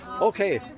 okay